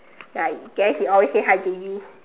like then he always say hi to you